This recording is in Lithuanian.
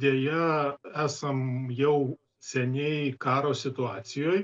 deja esam jau seniai karo situacijoj